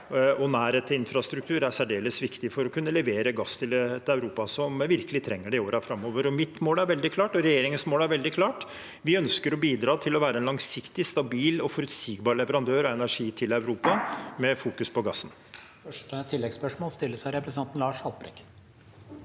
og nærhet til infrastruktur er særdeles viktig for å kunne levere gass til et Europa som virkelig trenger det i årene framover. Mitt mål er veldig klart, og regjeringens mål er veldig klart: Vi ønsker å bidra til å være en langsiktig, stabil og forutsigbar leverandør av energi til Europa, med fokus på gassen. Lars Haltbrekken (SV)